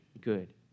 good